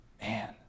Man